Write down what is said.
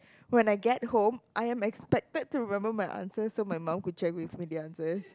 when I get home I am expected to remember my answers so my mum could check with me the answers